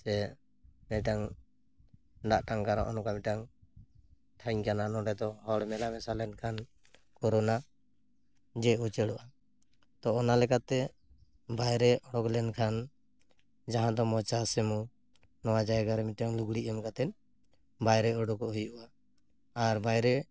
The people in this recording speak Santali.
ᱥᱮ ᱢᱤᱫᱴᱟᱝ ᱫᱟᱜ ᱴᱟᱝᱠᱟᱨ ᱱᱚᱝᱠᱟ ᱢᱤᱫᱴᱟᱝ ᱴᱷᱟᱹᱭ ᱠᱟᱱᱟ ᱱᱚᱰᱮ ᱫᱚ ᱦᱚᱲ ᱢᱮᱞᱟᱼᱢᱮᱥᱟ ᱞᱮᱱ ᱠᱷᱟᱱ ᱠᱳᱨᱳᱱᱟ ᱡᱮ ᱩᱪᱟᱹᱲᱚᱜᱼᱟ ᱛᱚ ᱚᱱᱟ ᱞᱮᱠᱟ ᱛᱮ ᱵᱟᱭᱨᱮ ᱚᱰᱚᱠ ᱞᱮᱱ ᱠᱷᱟᱱ ᱡᱟᱦᱟᱸ ᱫᱚ ᱢᱚᱪᱟ ᱥᱮ ᱢᱩ ᱱᱚᱣᱟ ᱡᱟᱭᱜᱟ ᱨᱮ ᱢᱤᱫᱴᱟᱝ ᱞᱩᱜᱽᱲᱤᱡ ᱮᱢ ᱠᱟᱛᱮᱫ ᱵᱟᱭᱨᱮ ᱩᱰᱩᱠᱚᱜ ᱦᱩᱭᱩᱜᱼᱟ ᱟᱨ ᱵᱟᱭᱨᱮ